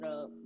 up